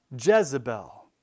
Jezebel